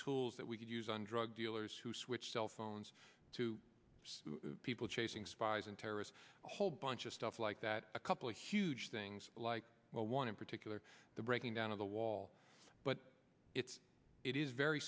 tools that we could use on drug dealers who switched cell phones to people chasing spies and terrorists a whole bunch of stuff like that a couple of huge things like well one in particular the breaking down of the wall but it's it is very